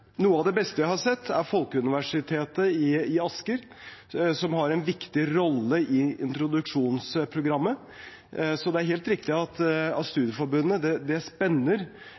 Noe av det beste jeg har sett, er Folkeuniversitetet i Asker, som har en viktig rolle i introduksjonsprogrammet. Så det er helt riktig at